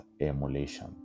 emulation